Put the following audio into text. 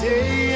Day